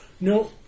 No